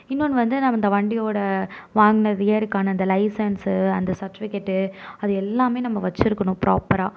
இன்னொனு வந்து நம்ம இந்த வண்டியோட வாங்கினது இயருக்கான அந்த லைசன்ஸ்சு அந்த சர்ட்டிபிகெட்டு அது எல்லாமே நம்ம வச்சுருக்கணும் ப்ராப்பராக